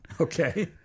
Okay